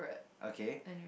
okay